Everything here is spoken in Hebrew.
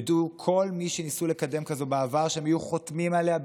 ידעו כל מי שניסו לקדם כזאת בעבר שהם היו חותמים עליה ברגע,